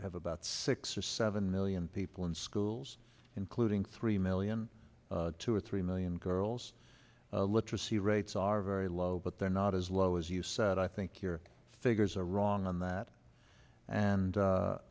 have about six or seven million people in schools including three million two or three million girls literacy rates are very low but they're not as low as you said i think your figures are wrong on that and